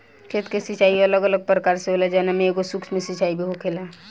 खेत के सिचाई अलग अलग प्रकार से होला जवना में एगो सूक्ष्म सिंचाई भी होखेला